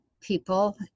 people